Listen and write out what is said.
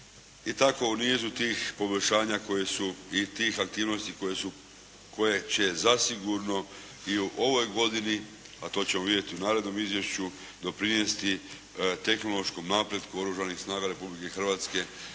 i tako u niz tih poboljšanja i tih aktivnosti koje će zasigurno i u ovoj godini a to ćemo vidjeti u narednom izvješću doprinijeti tehnološkom napretku Oružanih snaga Republike Hrvatske